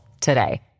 today